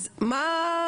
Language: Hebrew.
אז מה?